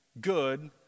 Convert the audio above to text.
good